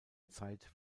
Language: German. zeit